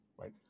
right